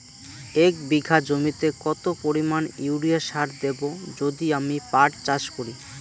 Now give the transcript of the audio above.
এক বিঘা জমিতে কত পরিমান ইউরিয়া সার দেব যদি আমি পাট চাষ করি?